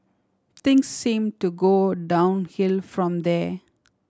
things seemed to go downhill from there